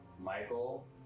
Michael